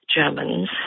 Germans